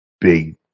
big